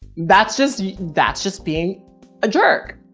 that's just, that's just being a jerk.